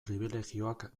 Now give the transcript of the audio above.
pribilegioak